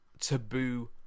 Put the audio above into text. taboo